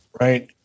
Right